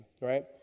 right